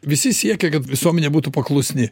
visi siekia kad visuomenė būtų paklusni